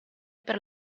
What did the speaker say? per